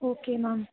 okay ma'am